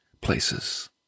places